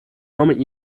moment